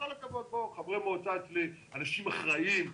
חברי המועצה אצלי אנשים אחראיים,